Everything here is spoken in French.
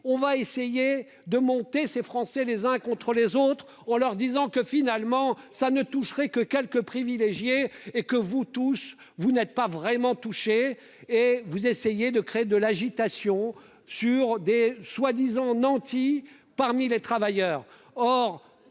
proposez de monter les Français les uns contre les autres, en leur expliquant que, finalement, cela ne concernerait que quelques privilégiés et que tous ne seraient pas vraiment touchés. Vous essayez de créer de l'agitation à propos de soi-disant nantis parmi les travailleurs.